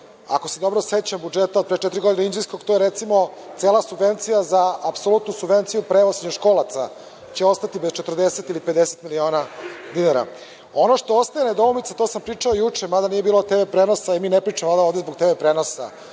se dobro sećam budžeta od pre četiri godine, inđijskog, to je recimo cela subvencija za apsolutnu subvenciju, prevoz srednjoškolaca će ostati bez 40 ili 50 miliona dinara. Ono što ostaje nedoumica, to sam pričao juče, mada nije bilo TV prenosa, jer mi ne pričamo ovde zbog TV prenosa,